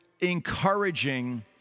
encouraging